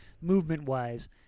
movement-wise